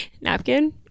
Napkin